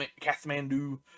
Kathmandu